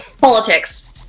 politics